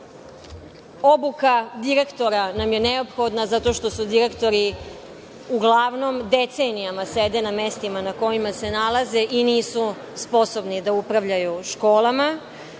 direktora nam je neophodna zato što direktori uglavnom decenijama sede na mestima na kojima se nalaze i nisu sposobni da upravljaju školama.